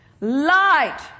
light